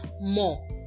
more